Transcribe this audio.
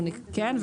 כן.